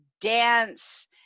dance